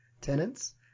tenants –